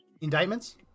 indictments